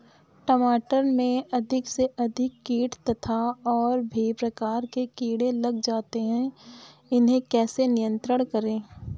टमाटर में अधिक से अधिक कीट तथा और भी प्रकार के कीड़े लग जाते हैं इन्हें कैसे नियंत्रण करें?